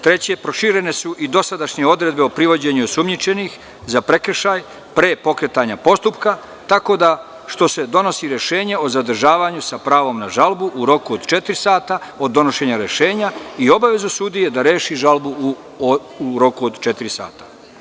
Treće, proširene su i dosadašnje odredbe o privođenju osumnjičenih za prekršaj pre pokretanja postupka, tako da što ste donosi rešenje o zadržavanju sa pravom na žalbu u roku od četiri sata od donošenja rešenja i obavezu sudije da reši žalbu u roku od četiri sata.